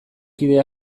kide